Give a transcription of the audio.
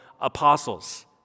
apostles